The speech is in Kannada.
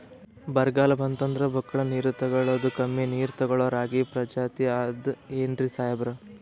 ಬರ್ಗಾಲ್ ಬಂತಂದ್ರ ಬಕ್ಕುಳ ನೀರ್ ತೆಗಳೋದೆ, ಕಮ್ಮಿ ನೀರ್ ತೆಗಳೋ ರಾಗಿ ಪ್ರಜಾತಿ ಆದ್ ಏನ್ರಿ ಸಾಹೇಬ್ರ?